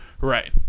Right